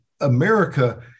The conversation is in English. America